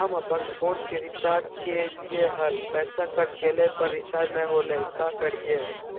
हम अपन फोन के रिचार्ज के रहलिय हल, पैसा कट गेलई, पर रिचार्ज नई होलई, का करियई?